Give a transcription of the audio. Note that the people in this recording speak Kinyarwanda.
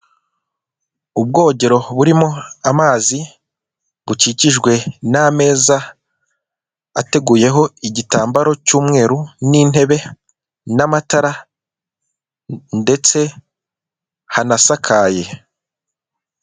Ubwogero burimo amazi, bukikijwe n'ameza ateguyeho igitambaro cy'umweru n' intebe n'amatara ndetse hanasakaye.